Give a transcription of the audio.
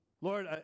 Lord